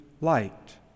light